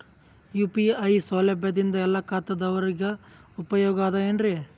UPI ಸೌಲಭ್ಯದಿಂದ ಎಲ್ಲಾ ಖಾತಾದಾವರಿಗ ಉಪಯೋಗ ಅದ ಏನ್ರಿ?